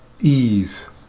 ease